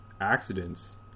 accidents